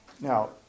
Now